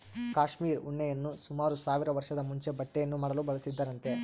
cashmere ಉಣ್ಣೆಯನ್ನು ಸುಮಾರು ಸಾವಿರ ವರ್ಷದ ಮುಂಚೆ ಬಟ್ಟೆಯನ್ನು ಮಾಡಲು ಬಳಸುತ್ತಿದ್ದರಂತೆ